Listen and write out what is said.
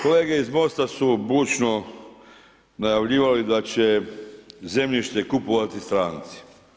Kolege iz MOST-a su bučno najavljivali da će zemljište kupovati stranci.